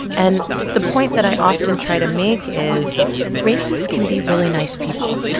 and the point that i often try to make is racists can be really nice people,